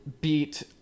beat